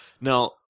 Now